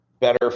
better